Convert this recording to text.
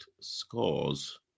scores